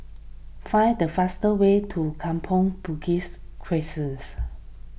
find the fast way to Kampong Bugis Crescents